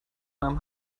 nahm